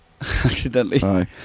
Accidentally